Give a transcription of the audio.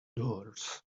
doors